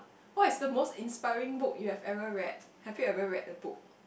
what is the most inspiring book you have ever read have you ever read a book